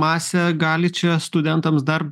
masė gali čia studentams dar